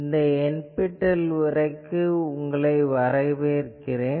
இந்த NPTEL உரைக்கு உங்களை வரவேற்கிறேன்